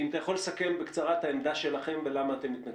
האם אתה יכול לסכם בקצרה את העמדה שלכם ולמה אתם מתנגדים?